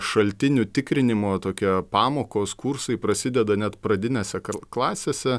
šaltinių tikrinimo tokie pamokos kursai prasideda net pradinėse klasėse